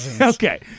okay